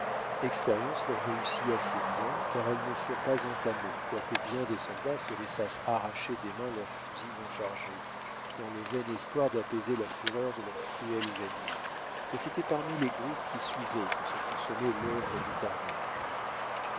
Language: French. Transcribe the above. l'expérience leur réussit assez bien car elles ne furent pas entamées quoique bien des soldats se laissassent arracher des mains leurs fusils non chargés dans le vain espoir d'apaiser la fureur de leurs cruels ennemis mais c'était parmi les groupes qui suivaient que se consommait l'œuvre du carnage